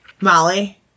Molly